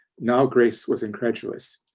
now grace was incredulous.